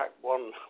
one